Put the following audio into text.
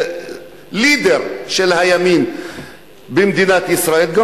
ה"לידר" של הימין במדינת ישראל אומר.